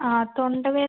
ആ തൊണ്ട